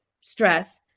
stress